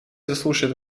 заслушает